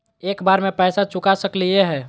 एक बार में पैसा चुका सकालिए है?